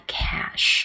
cash